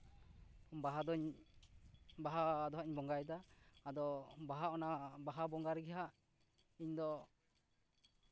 ᱵᱟᱦᱟ ᱫᱚᱧ ᱵᱟᱦᱟ ᱫᱚ ᱦᱟᱸᱜ ᱤᱧ ᱵᱚᱸᱜᱟᱭᱮᱫᱟ ᱟᱫᱚ ᱵᱟᱦᱟ ᱚᱱᱟ ᱵᱟᱦᱟ ᱵᱚᱸᱜᱟ ᱨᱮᱜᱮ ᱦᱟᱜ ᱤᱧ ᱫᱚ